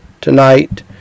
tonight